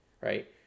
right